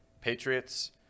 Patriots